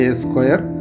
square